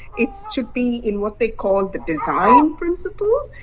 it should be in what they call the design principles,